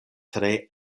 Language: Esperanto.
tre